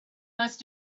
must